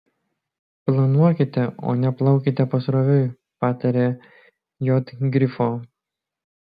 planuokite o ne plaukite pasroviui pataria j grifo